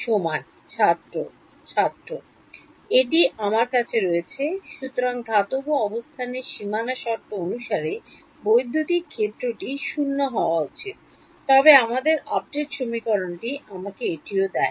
সমান এটি আমার কাছে রয়েছে সুতরাং ধাতব অবস্থানের সীমানা শর্ত অনুসারে বৈদ্যুতিক ক্ষেত্রটি 0 হওয়া উচিত তবে আমাদের আপডেট সমীকরণটি আমাকে এটিও দেয়